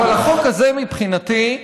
אבל החוק הזה, מבחינתי,